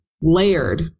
layered